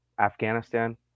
Afghanistan